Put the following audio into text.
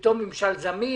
פתאום ממשל זמין,